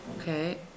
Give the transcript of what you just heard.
Okay